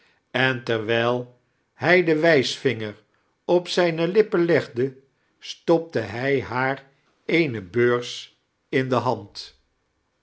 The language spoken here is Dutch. en terwijl hij den wijsvinger op zijne lippen legde sfcopte hij hoar eene beurs in de hand